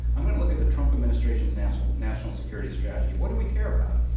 i'm going to look at the trump administrations national national security strategy. what do we care about?